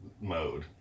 mode